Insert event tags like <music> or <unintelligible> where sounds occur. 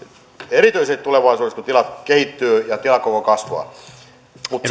erityisesti tulevaisuudessa kun tilat kehittyvät ja tilakoko kasvaa mutta <unintelligible>